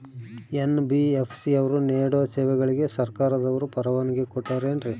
NBFC ಅವರು ನೇಡೋ ಸೇವೆಗಳಿಗೆ ಸರ್ಕಾರದವರು ಪರವಾನಗಿ ಕೊಟ್ಟಾರೇನ್ರಿ?